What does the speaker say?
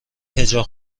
حجاب